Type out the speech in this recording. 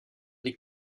des